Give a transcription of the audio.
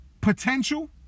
potential